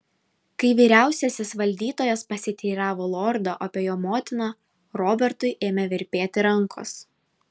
kai vyriausiasis valdytojas pasiteiravo lordo apie jo motiną robertui ėmė virpėti rankos